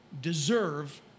deserve